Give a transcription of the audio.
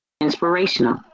inspirational